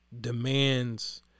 demands